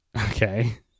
Okay